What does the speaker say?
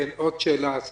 עוד שאלה, אסף.